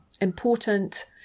important